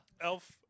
Elf